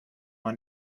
man